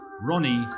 Ronnie